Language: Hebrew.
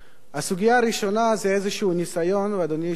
הסוגיה הראשונה היא איזה ניסיון, אדוני היושב-ראש,